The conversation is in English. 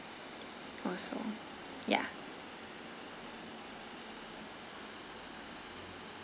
also yeah